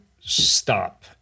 stop